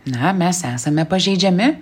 na mes esame pažeidžiami